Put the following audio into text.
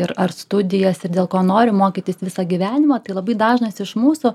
ir ar studijas ir dėl ko noriu mokytis visą gyvenimą tai labai dažnas iš mūsų